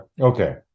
Okay